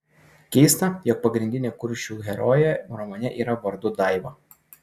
keista jog pagrindinė kuršių herojė romane yra vardu daiva